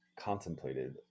contemplated